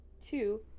two